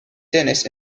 tennis